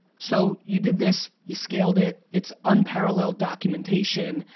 so you did this, you scaled it, it's unparalleled documentation,